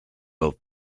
both